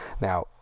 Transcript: Now